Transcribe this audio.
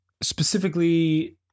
Specifically